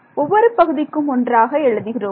ஒவ்வொரு பகுதிக்கும் ஒன்றாக எழுதுகிறோம்